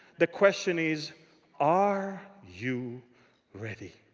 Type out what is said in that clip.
the question is are you ready?